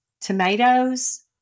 tomatoes